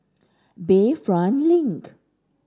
Bayfront Link